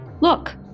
Look